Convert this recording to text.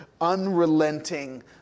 unrelenting